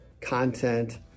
content